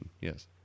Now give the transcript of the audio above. yes